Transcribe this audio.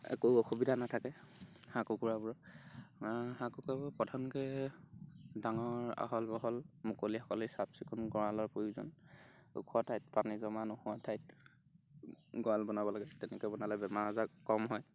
একো অসুবিধা নাথাকে হাঁহ কুকুৰাবোৰৰ হাঁহ কুুকুৰাবোৰৰ প্ৰধানকৈ ডাঙৰ আহল বহল মুকলি সকলি চাফ চিকুণ গঁৰালৰ প্ৰয়োজন ওখ ঠাইত পানী জমা নহোৱা ঠাইত গঁৰাল বনাব লাগে তেনেকৈ বনালে বেমাৰ আজাৰ কম হয়